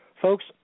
Folks